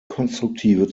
konstruktive